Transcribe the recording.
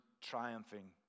triumphing